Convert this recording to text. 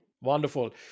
wonderful